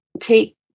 take